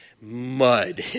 mud